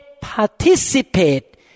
participate